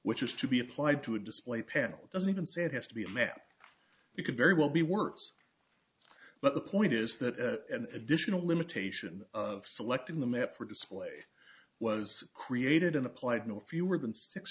which is to be applied to a display panel doesn't even say it has to be a map you could very well be worse but the point is that an additional limitation of selecting the map for display was created and applied no fewer than